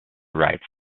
rights